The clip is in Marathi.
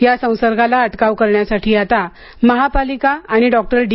या संसर्गाला अटकाव करण्यासाठी आता महापालिका आणि डॉक्टर डी